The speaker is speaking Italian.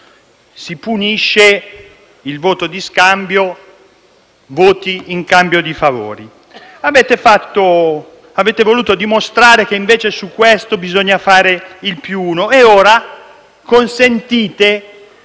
che punisce il voto di scambio, ovvero voti in cambio di favori. Avete voluto dimostrare che su questo bisogna fare "il più uno" e ora consentite,